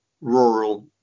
rural